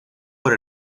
por